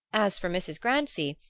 as for mrs. grancy,